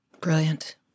Brilliant